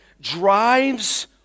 drives